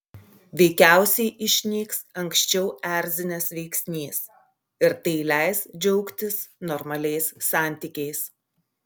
veikiausiai išnyks anksčiau erzinęs veiksnys ir tai leis džiaugtis normaliais santykiais